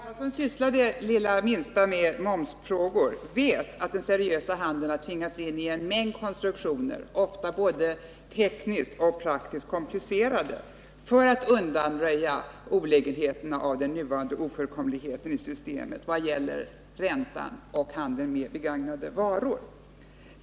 Herr talman! Alla som sysslar det minsta med momsfrågor vet att den seriösa handeln har tvingats in i en mängd konstruktioner, ofta både tekniskt och praktiskt komplicerade sådana, för att undanröja olägenheterna av den nuvarande ofullkomligheten i systemet vad gäller räntan och handeln med begagnade varor.